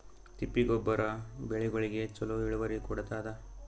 ತಿಪ್ಪಿ ಗೊಬ್ಬರ ಬೆಳಿಗೋಳಿಗಿ ಚಲೋ ಇಳುವರಿ ಕೊಡತಾದ?